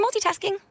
multitasking